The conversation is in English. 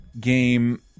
game